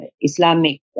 Islamic